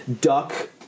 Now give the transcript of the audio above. duck